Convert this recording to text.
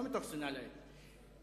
לא מתוך שנאה להם, מתוך